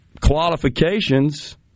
qualifications